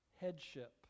headship